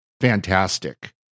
fantastic